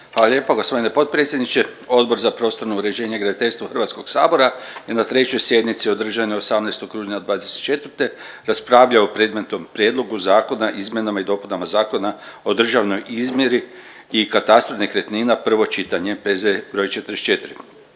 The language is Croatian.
Hvala lijepo g. potpredsjedniče. Odbor za prostorno uređenje i graditeljstvo HS-a je na trećoj sjednici održanoj 18. …/Govornik se ne razumije zbog najave./... '24. raspravljao o predmetnom Prijedlogu zakona o izmjenama i dopunama Zakona o državnoj izmjeri i katastru nekretnina, prvo čitanje, P.Z. br. 44.